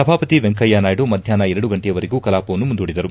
ಸಭಾಪತಿ ವೆಂಕಯ್ಯನಾಯ್ದು ಮಧ್ಯಾಹ್ನ ಎರಡು ಗಂಟೆಯವರೆಗೂ ಕಲಾಪವನ್ನು ಮುಂದೂಡಿದರು